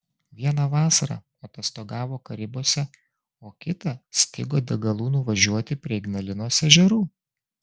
vieną vasarą atostogavo karibuose o kitą stigo degalų nuvažiuoti prie ignalinos ežerų